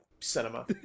cinema